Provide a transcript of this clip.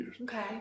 okay